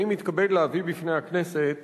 אני מתכבד להביא בפני הכנסת